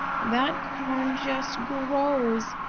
that corn just grows,